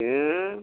बेयो